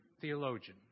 theologian